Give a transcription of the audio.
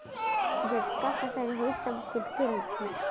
जतका फसल होइस सब खुद के रहिथे